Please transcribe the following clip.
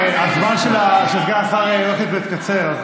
הזמן של סגן השר הולך ומתקצר,